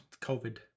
COVID